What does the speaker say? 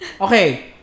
Okay